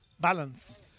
Balance